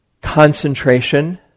concentration